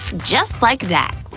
just like that.